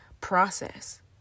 process